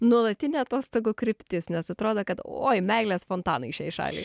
nuolatinė atostogų kryptis nes atrodo kad oi meilės fontanai šiai šaliai